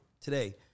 today